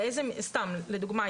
לדוגמא,